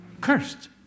Cursed